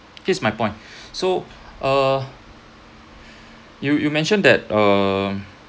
here's my point so uh you you mentioned that uh